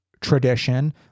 tradition